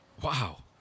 Wow